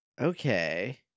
Okay